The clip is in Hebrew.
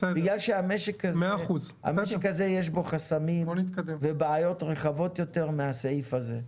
בגלל שהמשק הזה יש בו חסמים ובעיות רחבות יותר מהסעיף הזה.